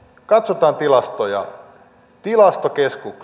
katsotaan tilastoja tilastokeskus